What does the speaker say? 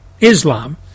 Islam